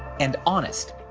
and honest.